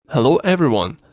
hello everyone!